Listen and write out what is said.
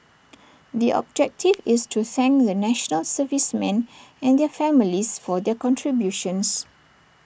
the objective is to thank the National Servicemen and their families for their contributions